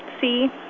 see